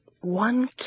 one